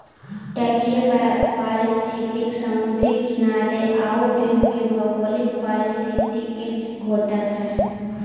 तटीय पारिस्थितिकी समुद्री किनारे आउ द्वीप के भौगोलिक परिस्थिति के द्योतक हइ